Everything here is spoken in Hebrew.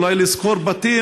אולי לשכור בתים,